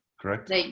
Correct